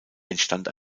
entstand